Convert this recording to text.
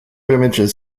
images